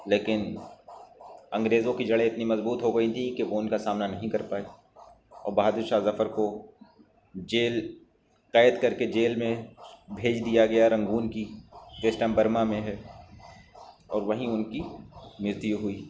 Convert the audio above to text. لیکن انگریزوں کی جڑیں اتنی مضبوط ہو گئی تھیں کہ وہ ان کا سامنا نہیں کر پائے اور بہادر شاہ ظفر کو جیل قید کر کے جیل میں بھیج دیا گیا رنگون کی جو اس ٹائم برما میں ہے اور وہیں ان کی مرتیو ہوئی